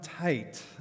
tight